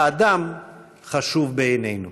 האדם חשוב בעינינו.